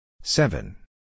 Seven